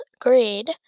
grade